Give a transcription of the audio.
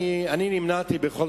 אני נמנעתי,